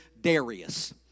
Darius